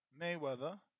Mayweather